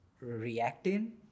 reacting